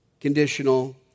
Conditional